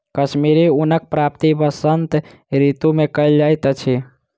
कश्मीरी ऊनक प्राप्ति वसंत ऋतू मे कयल जाइत अछि